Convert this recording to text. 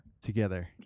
Together